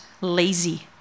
lazy